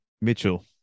Mitchell